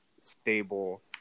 stable